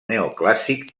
neoclàssic